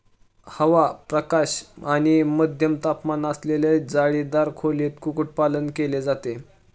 हवा, प्रकाश आणि मध्यम तापमान असलेल्या जाळीदार खोलीत कुक्कुटपालन केले जाते